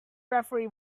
referee